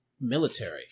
military